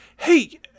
Hey